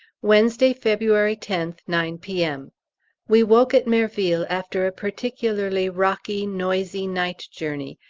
wednesday, february tenth, nine p m we woke at merville after a particularly rocky, noisy night journey,